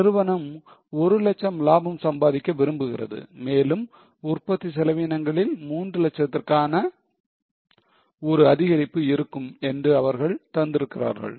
நிறுவனம் 1 லட்சம் லாபம் சம்பாதிக்க விரும்புகிறது மேலும் உற்பத்தி செலவீனங்களில் 3 லட்சத்திற்கான ஒரு அதிகரிப்பு இருக்கும் என்று அவர்கள் தந்திருக்கிறார்கள்